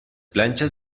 planchas